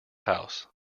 house